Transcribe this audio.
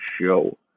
show